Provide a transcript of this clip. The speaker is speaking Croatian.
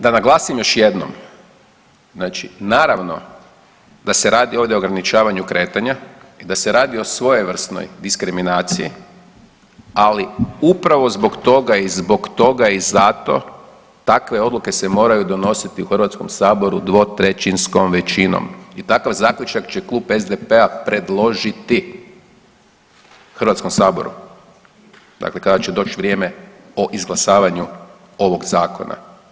Da naglasim još jednom, znači naravno da se radi ovdje o ograničavanju kretanja i da se radi o svojevrsnoj diskriminaciji, ali upravo zbog toga i zbog toga i zato takve odluke se moraju donositi u HS dvotrećinskom većinom i takav zaključak će Klub SDP-a predložiti HS, dakle kada će doći vrijeme o izglasavanju ovog zakona.